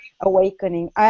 awakening